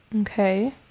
Okay